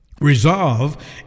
Resolve